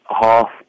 half